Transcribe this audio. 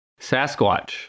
Sasquatch